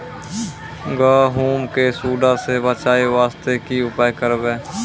गहूम के सुंडा से बचाई वास्ते की उपाय करबै?